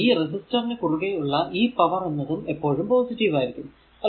അപ്പോൾ ഈ റെസിസ്റ്ററിനു കുറുകെ ഉള്ള ഈ പവർ എന്നതും എപ്പോഴും പോസിറ്റീവ് ആയിരിക്കും